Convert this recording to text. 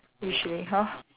usually !huh!